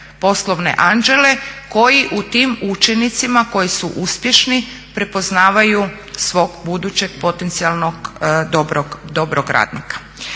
poslovne anđele koji u tim učenicima koji su uspješni u prepoznavanju svog budućeg potencijalnog dobrog radnika.